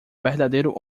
verdadeiro